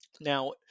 Now